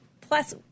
plus